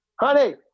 honey